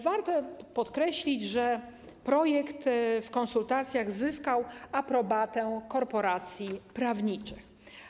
Warto podkreślić, że projekt w konsultacjach zyskał aprobatę korporacji prawniczych.